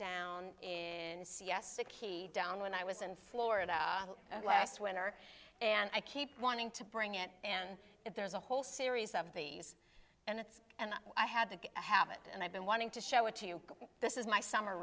down in siesta key down when i was in florida last winter and i keep wanting to bring it and if there's a whole series of the and it's and i had to have it and i've been wanting to show it to you this is my summer